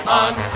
on